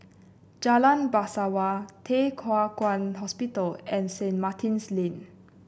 Jalan Bangsawan Thye Hua Kwan Hospital and Saint Martin's Lane